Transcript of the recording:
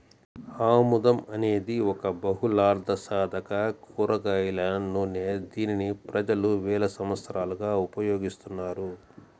ఆముదం అనేది ఒక బహుళార్ధసాధక కూరగాయల నూనె, దీనిని ప్రజలు వేల సంవత్సరాలుగా ఉపయోగిస్తున్నారు